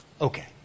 Okay